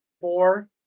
four